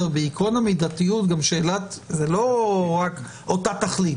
בעיקרון המידתיות זה לא רק שאלת אותה תכלית,